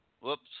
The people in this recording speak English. Whoops